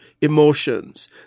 emotions